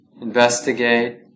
investigate